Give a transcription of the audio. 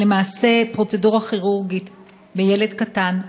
למעשה פרוצדורה כירורגית בילד קטן,